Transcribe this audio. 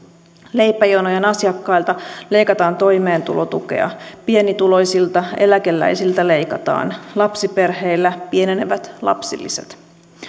leipäjonojen asiakkailta leikataan toimeentulotukea pienituloisilta eläkeläisiltä leikataan lapsiperheillä pienenevät lapsilisät